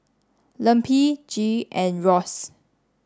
Lempi Gee and Ross